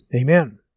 Amen